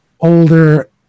older